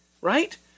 Right